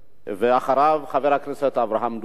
ואחריו, חבר הכנסת אברהם דואן,